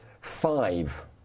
five